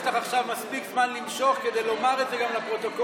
אז יש לך עכשיו מספיק זמן למשוך כדי לומר את זה גם לפרוטוקול.